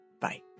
Bye